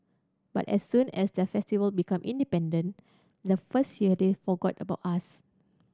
but as soon as the Festival become independent the first year they forgot about us